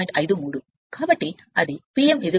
53 కాబట్టి అది P m 17